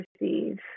receive